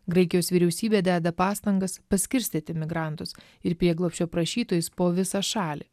graikijos vyriausybė deda pastangas paskirstyti migrantus ir prieglobsčio prašytojus po visą šalį